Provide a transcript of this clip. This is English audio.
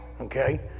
okay